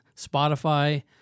Spotify